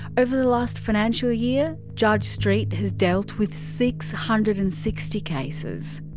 over the last financial year, judge street has dealt with six hundred and sixty cases.